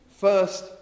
First